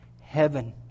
heaven